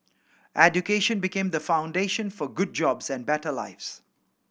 education became the foundation for good jobs and better lives